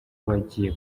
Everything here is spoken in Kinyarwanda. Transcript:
wagiye